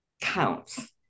counts